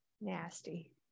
nasty